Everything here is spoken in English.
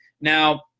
Now